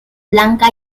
blanca